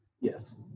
Yes